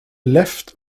left